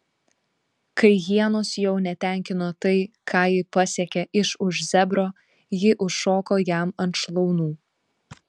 kai hienos jau netenkino tai ką ji pasiekia iš už zebro ji užšoko jam ant šlaunų